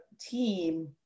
team